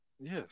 Yes